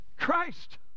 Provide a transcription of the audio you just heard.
Christ